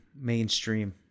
mainstream